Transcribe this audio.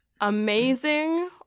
amazing